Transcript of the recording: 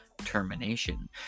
termination